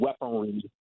weaponry